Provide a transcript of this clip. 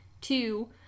Two